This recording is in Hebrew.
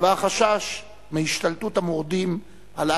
והחשש מהשתלטות המורדים על אדיס-אבבה,